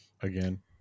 again